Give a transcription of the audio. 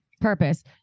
Purpose